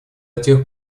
тех